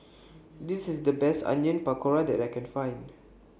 This IS The Best Onion Pakora that I Can Find